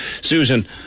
Susan